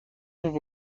فوق